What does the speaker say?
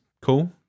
cool